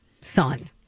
son